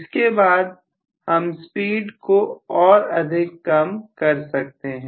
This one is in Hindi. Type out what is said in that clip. इसके बाद हम स्पीड को और अधिक कम कर सकते हैं